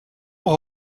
rend